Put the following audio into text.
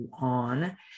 on